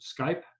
Skype